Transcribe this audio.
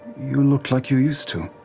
you looked like you used to?